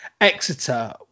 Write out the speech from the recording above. Exeter